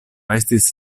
estis